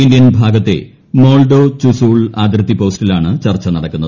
Indian ഭാഗത്തെ Moldo Chushul അതിർത്തി പോസ്റ്റിലാണ് ചർച്ച നടക്കുന്നത്